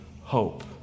hope